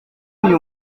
uyu